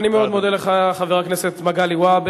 אני מאוד מודה לך, חבר הכנסת מגלי והבה.